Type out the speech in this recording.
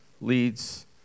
leads